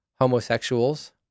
homosexuals